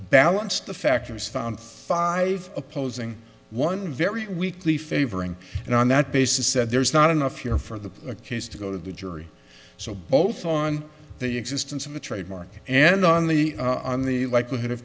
balanced the factors found five opposing one very weakly favoring and on that basis said there's not enough here for the case to go to the jury so both on the existence of a trademark and on the on the likelihood of